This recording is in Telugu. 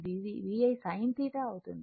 ఇది VI sin θ అవుతుంది